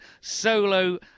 solo